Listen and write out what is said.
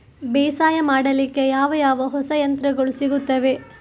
ಬೇಸಾಯ ಮಾಡಲಿಕ್ಕೆ ಯಾವ ಯಾವ ಹೊಸ ಯಂತ್ರಗಳು ಸಿಗುತ್ತವೆ?